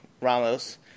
Ramos